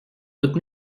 toutes